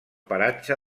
paratge